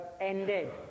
ended